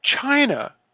China